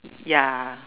ya